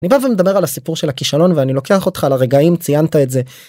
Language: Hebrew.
נדבר על הסיפור של הכישלון ואני לוקח אותך לרגע אם ציינת את זה.